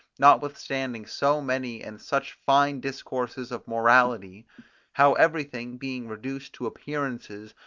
notwithstanding so many and such fine discourses of morality how everything, being reduced to appearances,